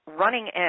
running